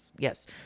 Yes